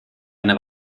eine